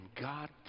God